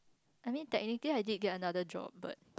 I mean technically I did get another job but